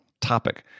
topic